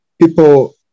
people